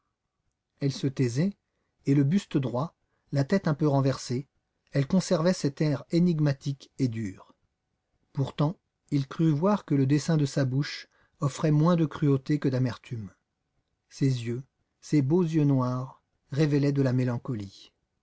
elle se taisait et le buste droit la tête un peu renversée elle conservait son air énigmatique et dur pourtant il crut voir que le dessin de sa bouche offrait moins de cruauté que d'amertume ses yeux ses beaux yeux noirs révélaient de la mélancolie